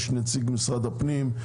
יש את נציג משרד הפנים,